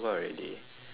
but ya